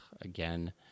again